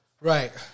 Right